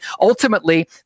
ultimately